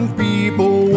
people